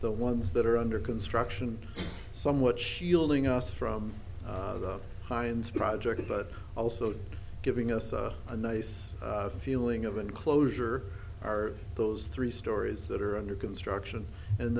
the ones that are under construction somewhat shielding us from the high end project but also giving us a nice feeling of enclosure are those three stories that are under construction and